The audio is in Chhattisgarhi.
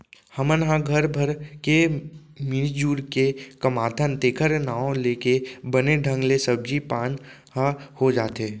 हमन ह घर भर के मिरजुर के कमाथन तेखर नांव लेके बने ढंग ले सब्जी पान ह हो जाथे